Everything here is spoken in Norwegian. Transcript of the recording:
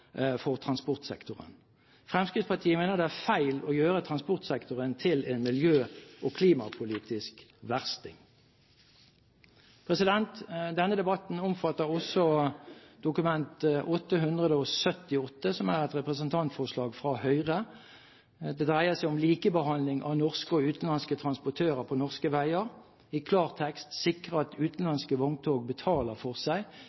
for transportsektoren. Fremskrittspartiet mener det er feil å gjøre transportsektoren til en miljø- og klimapolitisk versting. Denne debatten omfatter også Dokument nr. 8:178 S for 2009–2010, som er et representantforslag fra Høyre. Det dreier seg om likebehandling av norske og utenlandske transportører på norske veier. I klartekst: sikre at utenlandske vogntog betaler for seg